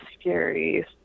scary